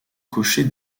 cocher